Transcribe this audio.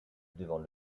devant